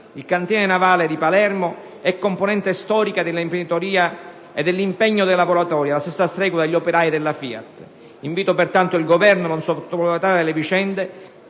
Il cantiere navale di Palermo è componente storica dell'imprenditoria e dell'impegno dei lavoratori, alla stessa stregua degli operai della FIAT. Invito pertanto il Governo a non sottovalutare la vicenda